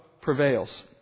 prevails